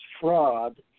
fraud